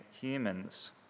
humans